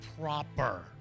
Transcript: proper